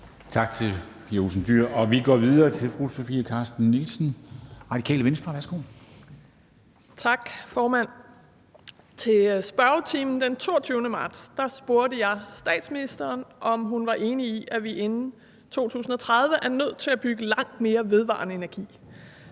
Værsgo. Kl. 13:19 Spm. nr. US 60 Sofie Carsten Nielsen (RV): Tak, formand. Til spørgetimen den 22. marts spurgte jeg statsministeren, om hun var enig i, at vi inden 2030 er nødt til at bygge langt mere vedvarende energi,